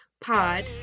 Pod